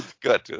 Good